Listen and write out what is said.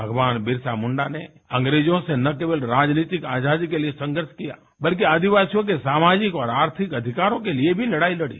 भगवान बिरसा मुंडा ने अंग्रेजों से न केवल राजनीतिक आजादी के लिए संघर्ष किया बल्कि आदिवासियों के सामाजिक और आर्थिक अधिकारों के लिए भी लड़ाई लड़ी